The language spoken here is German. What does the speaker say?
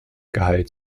gehalt